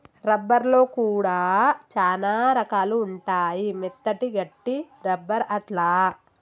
rubber లో కూడా చానా రకాలు ఉంటాయి మెత్తటి, గట్టి రబ్బర్ అట్లా